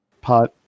Pot